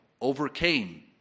overcame